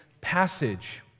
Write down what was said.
passage